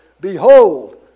Behold